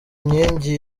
inkingi